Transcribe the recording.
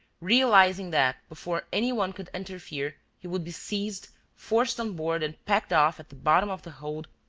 realizing that, before any one could interfere, he would be seized, forced on board and packed off at the bottom of the hold,